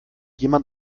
jemand